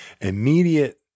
immediate